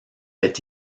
est